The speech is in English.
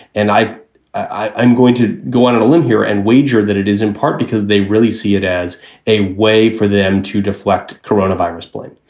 and i i'm going to go out on a limb here and wager that it is in part because they really see it as a way for them to deflect coronavirus blame.